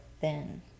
thin